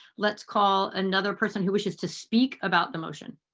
let's call another person who wishes to speak about the motion.